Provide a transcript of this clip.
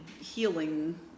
healing